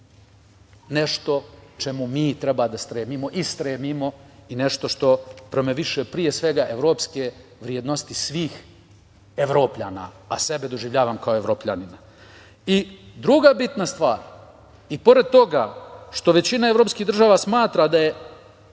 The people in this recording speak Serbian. nešto čemu mi treba da stremimo i stremimo i nešto što promoviše, pre svega, evropske vrednosti svih Evropljana, a sebe doživljavam kao Evropljanina. Druga bitna stvar, i pored toga što većina evropskih država smatra da je,